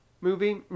movie